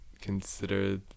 consider